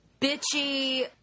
bitchy